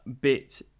bit